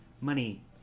money